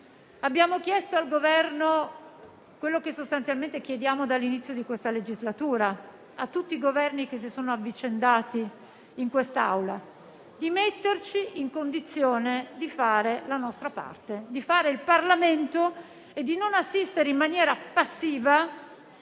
Abbiamo chiesto al Governo quello che sostanzialmente chiediamo dall'inizio di questa legislatura a tutti i Governi che si sono avvicendati in quest'Aula: chiediamo di metterci in condizione di fare la nostra parte, di fare il Parlamento e di non assistere in maniera passiva